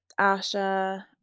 Asha